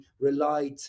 relied